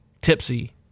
tipsy